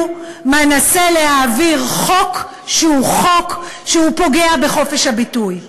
מנסה להעביר חוק שפוגע בחופש הביטוי.